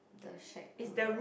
the shack to rent